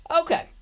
Okay